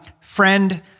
friend